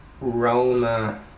Roma